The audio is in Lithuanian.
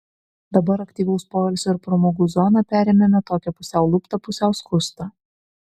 dabar aktyvaus poilsio ir pramogų zoną perėmėme tokią pusiau luptą pusiau skustą